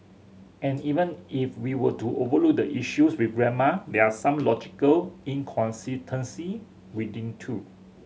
and even if we were to overlook the issues with grammar there are some logical inconsistency within too